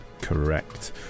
Correct